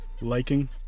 liking